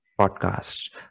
podcast